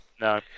No